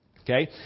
Okay